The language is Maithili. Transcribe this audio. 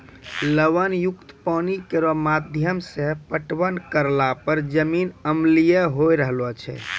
लवण युक्त पानी केरो माध्यम सें पटवन करला पर जमीन अम्लीय होय रहलो छै